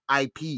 ip